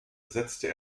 setzte